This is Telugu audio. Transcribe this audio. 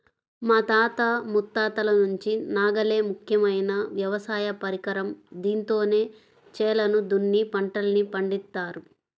మా తాత ముత్తాతల నుంచి నాగలే ముఖ్యమైన వ్యవసాయ పరికరం, దీంతోనే చేలను దున్ని పంటల్ని పండిత్తారు